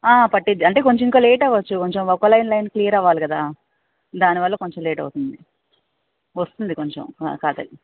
పట్టుద్ది అంటే కొంచెం ఇంకా లేట్ అవ్వచ్చు కొంచెం ఒక లైన్ లైన్ క్లియర్ అవ్వాలి కదా దానివల్ల కొంచెం లేట్ అవుతుంది వస్తుంది కొంచెం కాసేపు